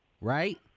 right